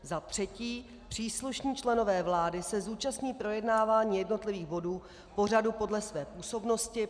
Za třetí, příslušní členové vlády se zúčastní projednávání jednotlivých bodů pořadu podle své působnosti.